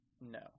No